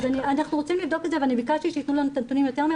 אנחנו רוצים לבדוק את זה וביקשתי שיתנו לנו את הנתונים יותר מהר,